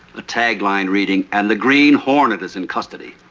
a tag line reading and the green hornet is in custody.